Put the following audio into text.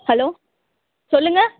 hello சொல்லுங்கள்